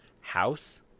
House